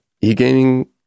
e-gaming